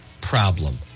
problem